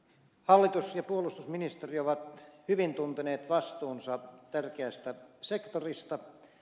hallitus ja puolustusministeri ovat hyvin tunteneet vastuunsa tärkeästä sektorista